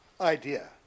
idea